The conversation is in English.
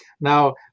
Now